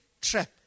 trap